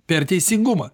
per teisingumą